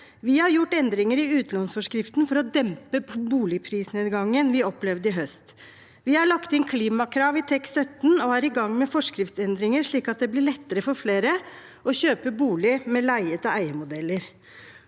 Vi har gjort endringer i utlånsforskriften for å dempe boligprisnedgangen vi opplevde i høst. Vi har lagt inn klimakrav i TEK17 og er i gang med forskriftsendringer, slik at det blir lettere for flere å kjøpe bolig med leie-tileie-modeller.